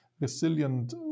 resilient